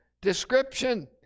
description